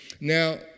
now